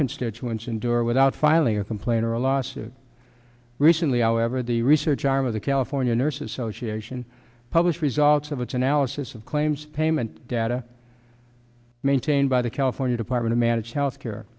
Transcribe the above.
constituents endure without filing a complaint or a lawsuit recently however the research arm of the california nurses association published results of its analysis of claims payment data maintained by the california department of managed health care